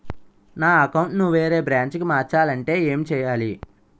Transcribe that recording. నా అకౌంట్ ను వేరే బ్రాంచ్ కి మార్చాలి అంటే ఎం చేయాలి?